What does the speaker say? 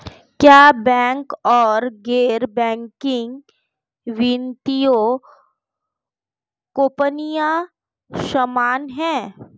क्या बैंक और गैर बैंकिंग वित्तीय कंपनियां समान हैं?